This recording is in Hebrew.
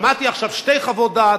שמעתי עכשיו שתי חוות דעת.